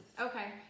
Okay